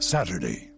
Saturday